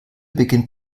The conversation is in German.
beginnt